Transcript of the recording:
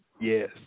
Yes